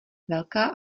velká